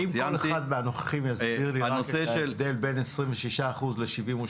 אני אשמח אם כל אחד מהנוכחים יסביר לי מה עושה את ההבדל בין 26% ל-72%,